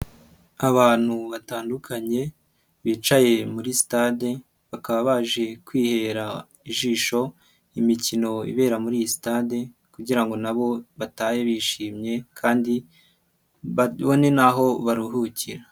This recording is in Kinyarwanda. Abantu batandukanye bicaye muri sitade, bakaba baje kwihera ijisho imikino ibera muri iyi sitade kugira ngo na bo batahe bishimye kandi babone n'aho baruhukira.